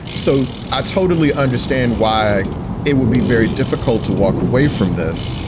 so i totally understand why it would be very difficult to walk away from this,